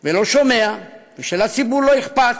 ולא שומע ושלציבור לא אכפת,